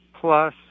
plus